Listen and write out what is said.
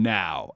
now